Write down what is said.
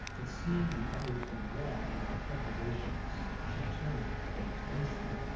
but seeing the others were long in their preparations, she turned and faced them,